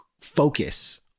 focus